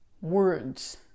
words